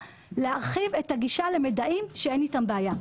להרחיב את הגישה למידעים שאין אתם בעיה.